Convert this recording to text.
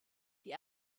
die